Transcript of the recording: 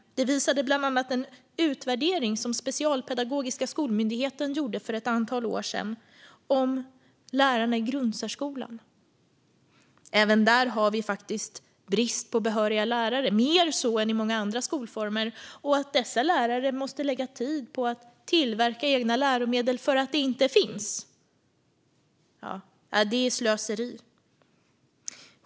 Det visade bland annat en utvärdering som Specialpedagogiska skolmyndigheten gjorde för ett antal år sedan om lärarna i grundsärskolan. Även där har vi brist på behöriga lärare. Det är mer så än i många andra skolformer. Dessa lärare måste lägga tid på att tillverka egna läromedel för att de inte finns. Det är slöseri.